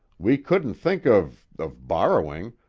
we couldn't think of of borrowing,